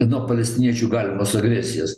nuo palestiniečių galimos agresijos